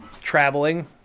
traveling